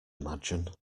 imagine